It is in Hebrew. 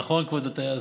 נכון, כבוד הטייס,